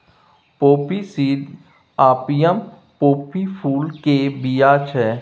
poppy seed opium poppy फुल केर बीया छै